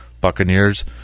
Buccaneers